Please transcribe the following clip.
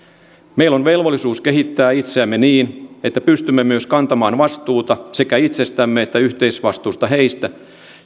meillä on velvollisuus kehittää itseämme niin että pystymme myös sekä kantamaan vastuuta itsestämme että yhteisvastuuta heistä